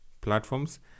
platforms